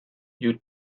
you